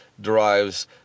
derives